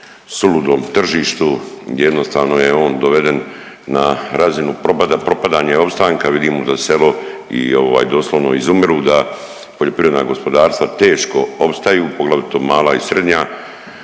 suludom tržištu jednostavno je on doveden na razinu propadanja opstanka. Vidimo da selo doslovno izumiru, da poljoprivredna gospodarstva teško opstaju, poglavito mala i srednja